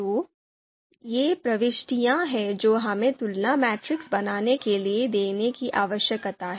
तो ये प्रविष्टियाँ हैं जो हमें तुलना मैट्रिक्स बनाने के लिए देने की आवश्यकता है